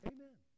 Amen